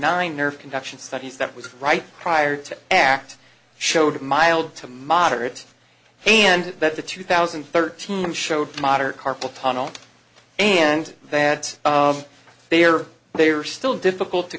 nine nerve conduction studies that was right prior to act showed mild to moderate and that the two thousand and thirteen showed moderate carpal tunnel and that they are they are still difficult to